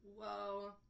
Whoa